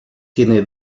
tiene